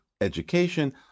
education